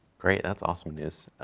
great. that's awesome news.